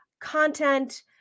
content